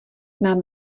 nám